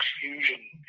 fusion